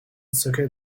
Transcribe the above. circuit